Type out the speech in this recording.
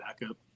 backup